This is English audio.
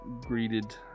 greeted